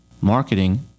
Marketing